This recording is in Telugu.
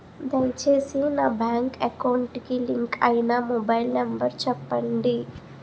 దయచేసి నా బ్యాంక్ అకౌంట్ కి లింక్ అయినా మొబైల్ నంబర్ చెప్పండి